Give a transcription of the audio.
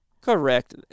Correct